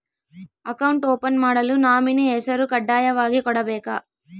Account open ಮಾಡಲು nominee ಹೆಸರು ಕಡ್ಡಾಯವಾಗಿ ಕೊಡಬೇಕಾ?